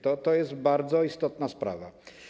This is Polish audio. To jest bardzo istotna sprawa.